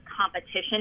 competition